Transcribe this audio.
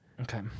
Okay